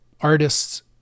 artists